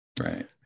Right